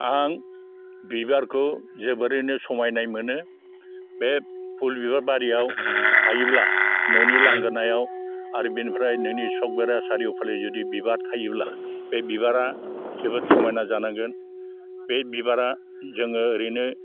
आं बिबारखौ जोबोरैनो समायनाय मोनो बे फुल बिबारबारियाव थायोब्ला न'नि लांगोनायाव आरो बेनिफ्राय नोंनि सक बेरा सारिउफाले जुदि बिबार थायोब्ला बे बिबारा जोबोर समायना जानांगोन बे बिबारा जोङो ओरैनो